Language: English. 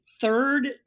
third